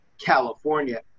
California